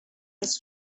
this